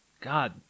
God